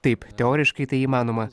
taip teoriškai tai įmanoma